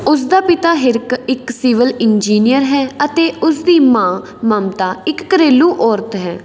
ਉਸ ਦਾ ਪਿਤਾ ਹਿਰਕ ਇੱਕ ਸਿਵਲ ਇੰਜੀਨੀਅਰ ਹੈ ਅਤੇ ਉਸ ਦੀ ਮਾਂ ਮਮਤਾ ਇੱਕ ਘਰੇਲੂ ਔਰਤ ਹੈ